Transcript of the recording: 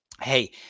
hey